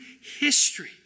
history